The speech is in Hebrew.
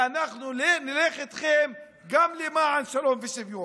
ואנחנו נלך איתכם גם למען שלום ושוויון.